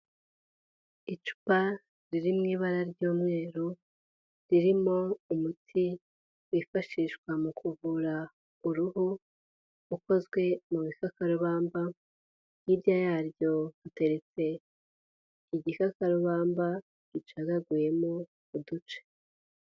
Icupa riri mu ibara ry'umweru, ririmo umuti wifashishwa mu kuvura uruhu, ukozwe mu bikakarubamba, hirya yaryo hateretse igikakarubamba gicagaguyemo uduce.